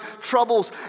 troubles